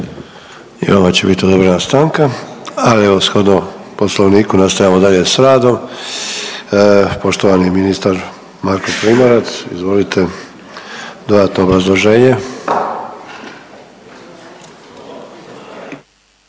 I vama će bit odobrena stanka, ali evo shodno poslovniku nastavljamo dalje s radom, poštovani ministar Marko Primorac, izvolite dodatno obrazloženje.